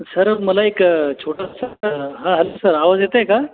sir मला एक छोटंसं हं हॅलो सर आवाज येत आहे का